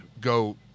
go